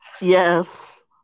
Yes